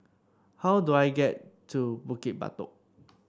how do I get to Bukit Batok